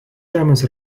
žemės